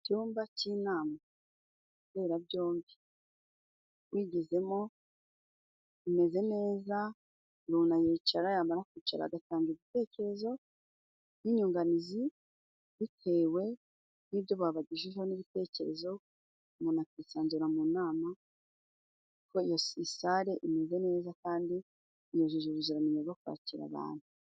Icyumba cy'inama mberabyombi wigezemo umeze neza umuntu aricara yamara kwicara agatanga ibitekerezo n'inyunganizi bitewe n'ibyo babagejeho n'ibitekerezo umuntu akisanzura mu nama kuko iyi sale imeze neza kandi yujuje ubuziranenge bwo kwakira abantu.